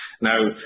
Now